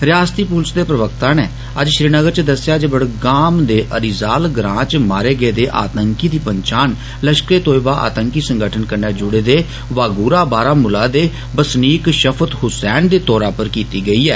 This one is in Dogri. रियास्ती पुलिस दे प्रवक्ता ने अज्ज श्रीनगर च दस्सेआ जे बड़गाम दे एरीज़ाल ग्रां च मारे गेदे आतंकी दी पंछान लष्कर ए तोयबा आतंकी संगठन कन्नै जुड़े दे वागूरा बारामूला दे बसनीक षफत हुसैन दे तौरा पर कीती गेई ऐ